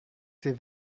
ces